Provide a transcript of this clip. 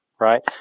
Right